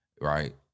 right